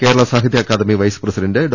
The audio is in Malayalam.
Kerala Sahitya Akademi vice president Dr